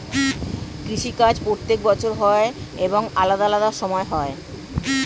কৃষি কাজ প্রত্যেক বছর হয় এবং আলাদা আলাদা সময় হয়